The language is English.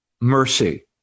mercy